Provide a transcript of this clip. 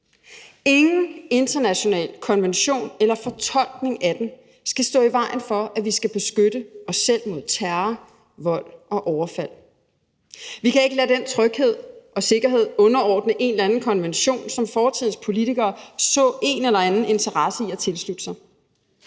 Ingen international konvention eller fortolkning af den skal stå i vejen for, at vi skal beskytte os selv mod terror, vold og overfald. Vi kan ikke lade den tryghed og sikkerhed underordne en eller anden konvention, som fortidens politikere så en eller anden interesse i at tilslutte sig.